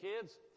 kids